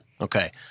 okay